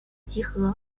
集合